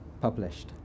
published